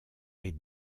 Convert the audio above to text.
est